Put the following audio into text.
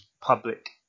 public